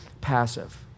passive